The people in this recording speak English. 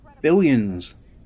billions